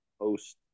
post